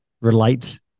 relate